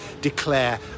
declare